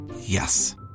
Yes